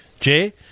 Jay